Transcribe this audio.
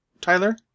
Tyler